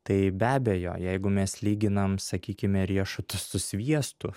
tai be abejo jeigu mes lyginam sakykime riešutus su sviestu